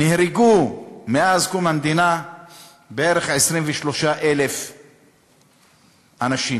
נהרגו מאז קום המדינה בערך 23,000 אנשים.